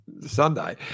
Sunday